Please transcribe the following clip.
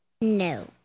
No